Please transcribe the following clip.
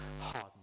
hardened